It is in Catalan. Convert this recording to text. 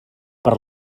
per